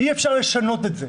אי אפשר לשנות את זה.